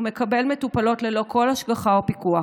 הוא מקבל מטופלות ללא כל השגחה ופיקוח.